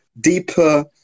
deeper